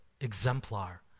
exemplar